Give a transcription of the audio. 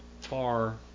far